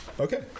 Okay